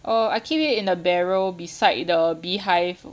oh I keep it in a barrow beside the beehive